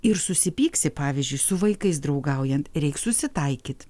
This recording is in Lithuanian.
ir susipyksi pavyzdžiui su vaikais draugaujant reiks susitaikyt